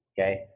Okay